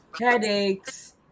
headaches